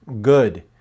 good